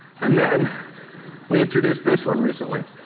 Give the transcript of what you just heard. and then we introduced this one recently.